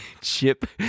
chip